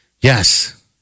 Yes